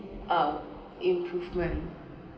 uh improvement